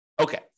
Okay